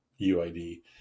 UID